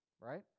right